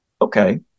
Okay